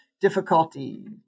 difficulty